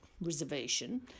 reservation